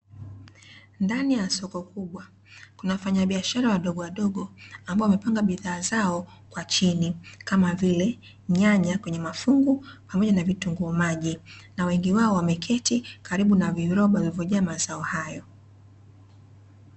Ndani ya soko kubwa, kuna wafanyabiashara wadogowadogo ambao wamepanga bidhaa zao kwa chini kama vile; nyanya kwenye mafungu pamoja na vitunguu maji na wengi wao wameketi karibu na viroba vilivyojaa mazao hayo.